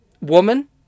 woman